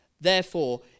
Therefore